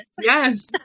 Yes